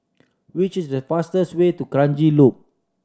which is the fastest way to Kranji Loop